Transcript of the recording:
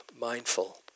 mindful